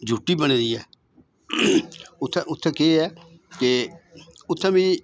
U T बनी दी ऐ उत्थें उत्थें के ऐ के उत्थें मिगी